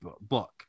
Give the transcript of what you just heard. book